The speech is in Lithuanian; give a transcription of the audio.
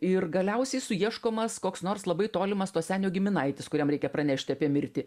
ir galiausiai suieškomas koks nors labai tolimas to senio giminaitis kuriam reikia pranešti apie mirtį